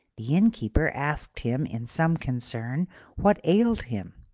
the innkeeper asked him in some concern what ailed him.